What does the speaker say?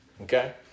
Okay